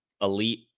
elite